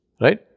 Right